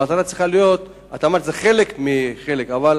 המטרה צריכה להיות, את אמרת שזה חלק מחלק, אבל